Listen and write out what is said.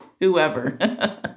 whoever